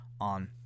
on